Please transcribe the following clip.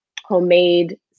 homemade